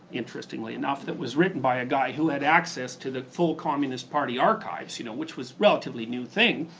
interestingly enough, that was written by a guy who had access to the full communist party archives, you know which was a relatively new thing,